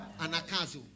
anakazu